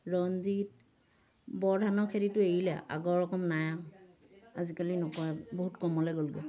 ৰঞ্জিত বৰধানৰ খেতিটো এৰিলে আগৰ ৰকম নাই আৰু আজিকালি নকৰে বহুত কমলৈ গ'লগৈ